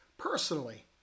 personally